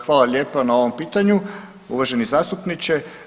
Hvala lijepa na ovom pitanju uvaženi zastupniče.